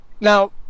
Now